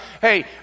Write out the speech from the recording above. Hey